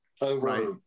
over